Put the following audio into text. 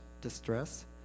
distress